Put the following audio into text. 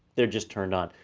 they're just turned on,